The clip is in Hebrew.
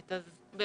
שלהם.